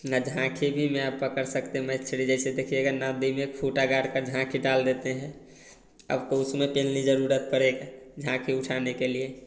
ना झाँखी भी में आप पकड़ सकते हैं मछली जैसे देखिएगा ना दी में खूटा गाड़कर झाँखी दाल देते हैं अब तो उसमें पेलनी ज़रुरत पड़ेगा झाँखी उठाने के लिए